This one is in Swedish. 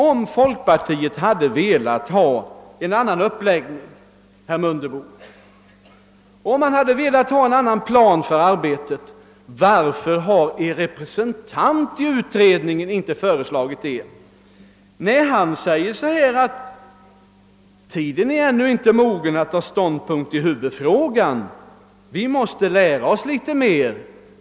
Om folkpartiet hade velat ha en annan uppläggning, herr Mundebo, en annan plan för arbetet frågar jag: Varför har partiets representant i utredningen inte föreslagit det? Nej, han säger att tiden ännu inte är mogen för att ta ståndpunkt i huvudfrågan, att man måste lära sig litet mer.